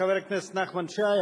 חבר הכנסת נחמן שי,